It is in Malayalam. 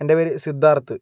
എൻ്റെ പേര് സിദ്ധാർഥ്